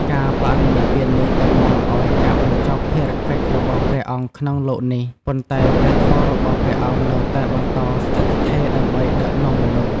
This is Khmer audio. ការបរិនិព្វាននេះតំណាងឱ្យការបញ្ចប់ភារកិច្ចរបស់ព្រះអង្គក្នុងលោកនេះ ប៉ុន្តែព្រះធម៌របស់ព្រះអង្គនៅតែបន្តស្ថិតស្ថេរដើម្បីដឹកនាំមនុស្ស។